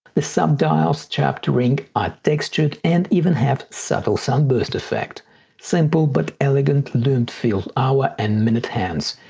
the sub-dials chapter rings are textured and even have subtle sunburst effect. simple but elegant lume-field hour and minute hands.